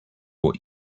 what